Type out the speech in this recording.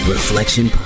Reflection